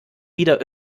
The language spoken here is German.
wieder